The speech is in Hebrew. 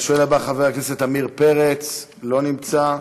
השואל הבא, חבר הכנסת עמיר פרץ, לא נמצא.